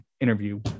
interview